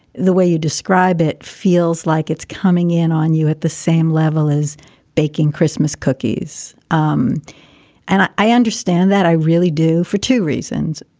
the way you describe it, feels like it's coming in on you at the same level is baking christmas cookies. um and i i understand that. i really do for two reasons.